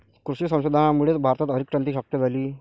कृषी संशोधनामुळेच भारतात हरितक्रांती शक्य झाली